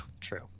true